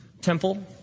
temple